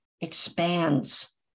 expands